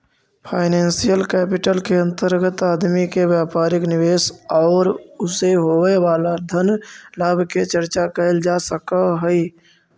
financial capital के अंतर्गत आदमी के व्यापारिक निवेश औउर उसे होवे वाला धन लाभ के चर्चा कैल जा सकऽ हई